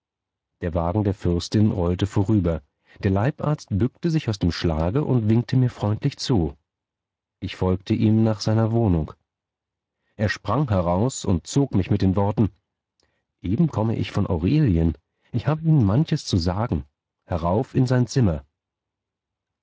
der wagen der fürstin rollte vorüber der leibarzt bückte sich aus dem schlage und winkte mir freundlich zu ich folgte ihm nach seiner wohnung er sprang heraus und zog mich mit den worten eben komme ich von aurelien ich habe ihnen manches zu sagen herauf in sein zimmer